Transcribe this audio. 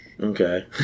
Okay